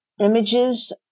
images